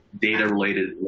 data-related